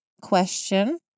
question